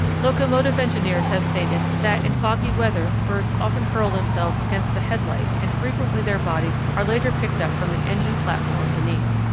locomotive engineers have stated that in foggy weather birds often hurl themselves against the headlight and frequently their bodies are later picked up from the engine platform beneath.